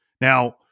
Now